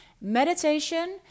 Meditation